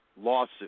lawsuit